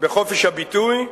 בחופש הביטוי,